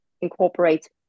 incorporate